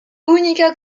única